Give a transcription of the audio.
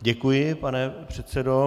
Děkuji, pane předsedo.